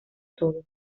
todo